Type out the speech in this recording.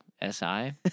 S-I